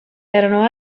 erano